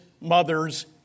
mother's